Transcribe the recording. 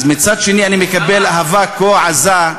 אז מצד שני, אני מקבל אהבה כה עזה,